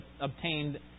obtained